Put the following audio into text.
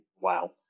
wow